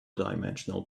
dimensional